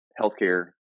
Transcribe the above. healthcare